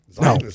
No